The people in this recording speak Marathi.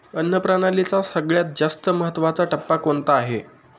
अन्न प्रणालीचा सगळ्यात जास्त महत्वाचा टप्पा कोणता आहे?